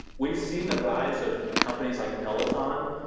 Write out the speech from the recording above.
we've seen the rise of companies like peloton.